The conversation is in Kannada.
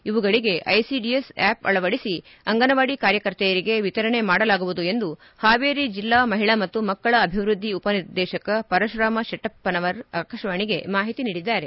ಇವುಗಳಿಗೆ ಐಸಿಡಿಎಸ್ ಆಪ್ ಅಳವಡಿಸಿ ಅಂಗನವಾಡಿ ಕಾರ್ಯಕರ್ತೆಯರಿಗೆ ವಿತರಣೆ ಮಾಡಲಾಗುವುದು ಎಂದು ಹಾವೇರಿ ಜಿಲ್ಲಾ ಮಹಿಳಾ ಮತ್ತು ಮಕ್ಕಳ ಅಭಿವೃದ್ಧಿ ಉಪನಿರ್ದೇಶಕ ಪರಶುರಾಮ ಶೆಟ್ಟಪ್ಟನವರ ಆಕಾಶವಾಣಿಗೆ ಮಾಹಿತಿ ನೀಡಿದ್ದಾರೆ